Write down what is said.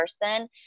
person